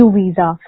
visa